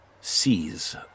sees